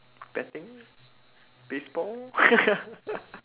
betting baseball